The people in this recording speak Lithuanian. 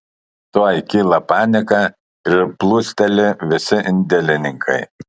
tuoj kyla panika ir plūsteli visi indėlininkai